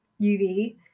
uv